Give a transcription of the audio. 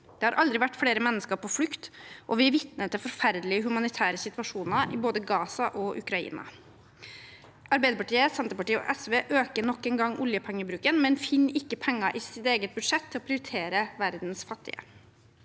Det har aldri vært flere mennesker på flukt, og vi er vitne til forferdelige humanitære situasjoner i både Gaza og Ukraina. Arbeiderpartiet, Senterpartiet og SV øker nok en gang oljepengebruken, men finner ikke penger i sitt eget budsjett til å prioritere verdens fattige.